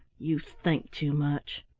you think too much.